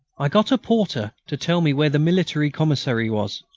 i got a porter to tell me where the military commissary was.